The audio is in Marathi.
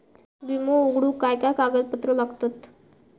विमो उघडूक काय काय कागदपत्र लागतत?